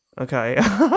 Okay